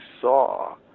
saw